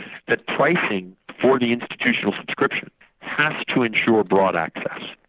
the pricing for the institutional subscription has to ensure broad access.